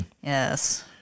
yes